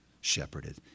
shepherded